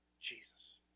Jesus